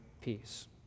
peace